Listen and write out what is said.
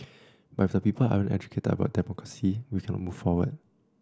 but if the people aren't educated about democracy we cannot move forward